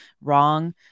wrong